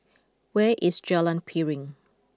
where is Jalan Piring